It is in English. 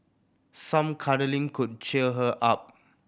some cuddling could cheer her up